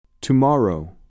tomorrow